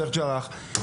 שייח ג'ראח,